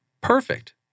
Perfect